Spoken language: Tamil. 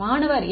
மாணவர் ஐயா